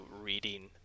reading